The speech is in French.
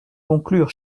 conclure